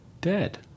Dead